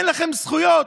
אין לכן זכויות?